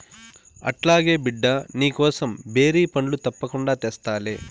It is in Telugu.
అట్లాగే బిడ్డా, నీకోసం బేరి పండ్లు తప్పకుండా తెస్తాలే